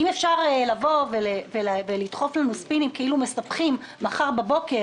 אם אפשר לדחוף לנו ספינים כאילו מספחים מחר בבוקר